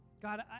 God